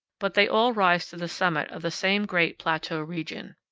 but they all rise to the summit of the same great plateau region.